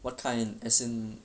what kind as in